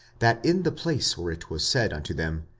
that in the place where it was said unto them,